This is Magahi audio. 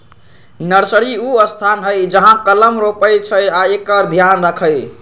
नर्सरी उ स्थान हइ जहा कलम रोपइ छइ आ एकर ध्यान रखहइ